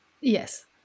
Yes